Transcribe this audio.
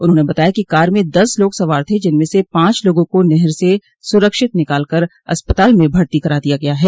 उन्होंने बताया कि कार में दस लोग सवार थे जिनमें से पांच लोगों को नहर से सुरक्षित निकाल कर अस्पताल में भर्ती करा दिया गया है